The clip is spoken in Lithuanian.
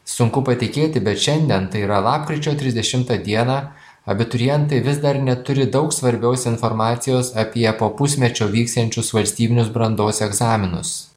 sunku patikėti bet šiandien tai yra lapkričio trisdešimtą dieną abiturientai vis dar neturi daug svarbios informacijos apie po pusmečio vyksiančius valstybinius brandos egzaminus